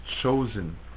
chosen